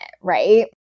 Right